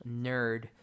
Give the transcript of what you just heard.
nerd